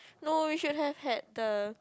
no we should have had the